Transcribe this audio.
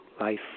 life